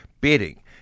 bidding